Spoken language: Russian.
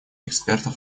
экспертов